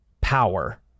power